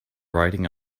riding